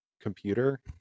computer